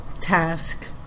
task